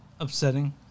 upsetting